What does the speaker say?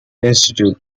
institute